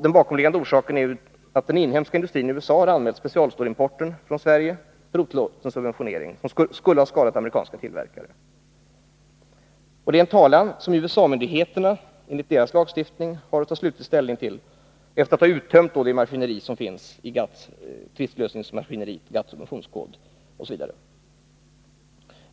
Den bakomliggande orsaken är att den inhemska industrin i USA har anmält specialstålsimporten från Sverige för otillåten subventionering, och man gör gällande att det skulle ha skadat amerikanska tillverkare. Det är en talan som USA-myndigheterna enligt deras lagstiftning har att ta slutlig ställning till efter det att man har uttömt GATT:s tvistlösningsmaskineri, GATT:s subventionskod osv.